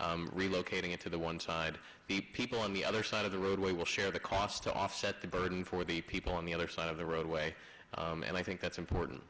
of relocating it to the one side the people on the other side of the roadway will share the cost to offset the burden for the people on the other side of the roadway and i think that's important